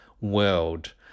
world